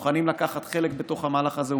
מוכנים לקחת חלק במהלך הזה,